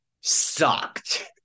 sucked